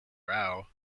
rao